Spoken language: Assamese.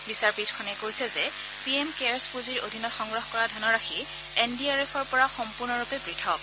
বিচাৰপীঠখনে কৈছে যে পি এম কেয়াৰ্ছ পুঁজিৰ অধীনত সংগ্ৰহ কৰা ধনৰাশি এন ডি আৰ এফৰ পৰা সম্পূৰ্ণৰূপে পৃথক